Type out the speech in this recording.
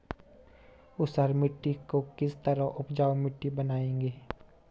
ऊसर मिट्टी को किस तरह उपजाऊ मिट्टी बनाएंगे?